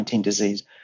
disease